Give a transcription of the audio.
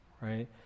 right